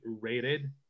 rated